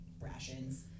rations